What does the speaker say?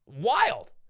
Wild